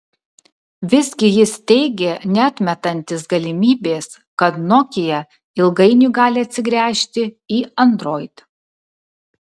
visgi jis teigė neatmetantis galimybės kad nokia ilgainiui gali atsigręžti į android